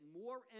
more